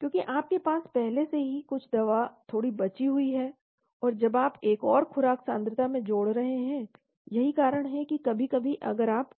क्योंकि आपके पास पहले से ही कुछ दवा थोड़ी बची हुई है और जब आप एक और खुराक सांद्रता में जोड़ रहे हैं यही कारण है कि कभी कभी अगर आप